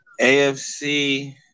AFC